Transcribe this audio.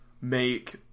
make